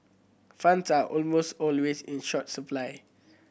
funds are almost always in short supply